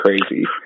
crazy